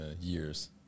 years